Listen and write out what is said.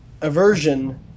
aversion